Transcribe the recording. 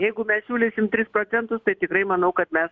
jeigu mes siūlysim tris procentus tai tikrai manau kad mes